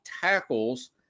tackles